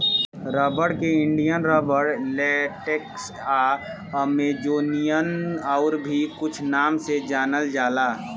rubber के Indian rubber, latex आ Amazonian आउर भी कुछ नाम से जानल जाला